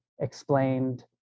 explained